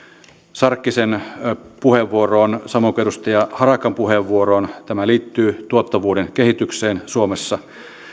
sarkkisen puheenvuoroon samoin kuin edustaja harakan puheenvuoroon tämä liittyy tuottavuuden kehitykseen suomessa